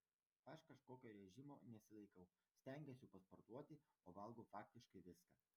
aš kažkokio režimo nesilaikau stengiuosi pasportuoti o valgau faktiškai viską